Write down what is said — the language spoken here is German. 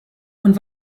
und